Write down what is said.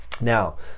Now